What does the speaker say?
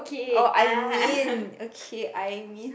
oh I mean okay I mean